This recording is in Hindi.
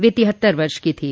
वह तिहत्तर वर्ष के थे